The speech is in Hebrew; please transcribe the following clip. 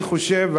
ואני חושב,